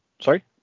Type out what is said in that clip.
sorry